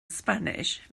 spanish